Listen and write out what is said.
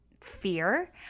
fear